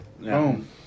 Boom